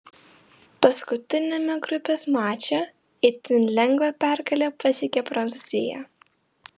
paskutiniame grupės mače itin lengvą pergalę pasiekė prancūzija